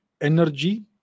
energy